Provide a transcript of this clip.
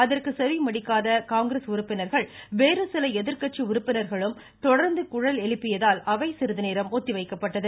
இதற்கு ச செவிமடுக்காத காங்கிரஸ் உறுப்பினர்களும் வேறு சில எதிர்கட்சி உறுப்பினர்களும் தொடர்ந்து குரல் எழுப்பியதால் அவை சிறிதுநேரம் ஒத்திவைக்கப்பட்டது